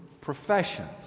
professions